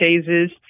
cases